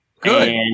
good